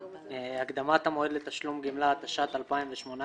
הקדמת המועד לתשלום גמלה, התשע"ט-2018.